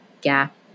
gap